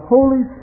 Holy